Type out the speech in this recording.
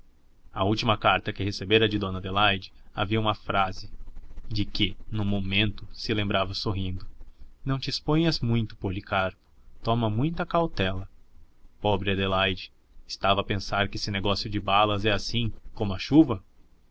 na última carta que recebera de dona adelaide havia uma frase de que no momento se lembrava sorrindo não te exponhas muito policarpo toma muita cautela pobre adelaide estava a pensar que esse negócio de balas é assim como a chuva